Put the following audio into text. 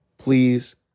Please